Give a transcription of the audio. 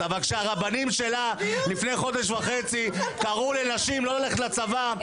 אבל כשהרבנים שלה לפני חודש וחצי קראו לנשים לא ללכת לצבא,